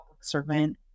servant